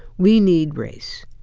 we need race.